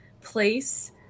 place